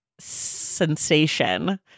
sensation